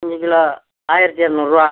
அஞ்சு கிலோ ஆயிரத்தி இரநூறுவா